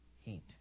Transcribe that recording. heat